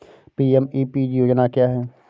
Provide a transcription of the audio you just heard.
PMEPG योजना क्या है?